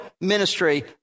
ministry